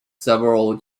several